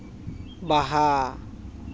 ᱵᱟᱦᱟ